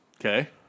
Okay